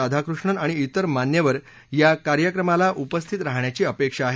राधाकृष्णन आणि विर मान्यवर या कार्यक्रमाला उपस्थित राहण्याची अपेक्षा आहे